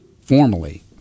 formally